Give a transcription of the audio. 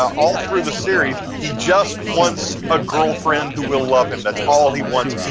all through the series, he just wants a girlfriend who will love him. that's all he wants.